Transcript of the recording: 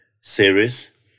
series